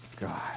God